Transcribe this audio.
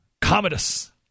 Commodus